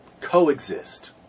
coexist